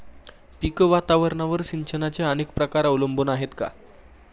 पीक वातावरणावर सिंचनाचे अनेक प्रकार अवलंबून आहेत का?